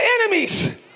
enemies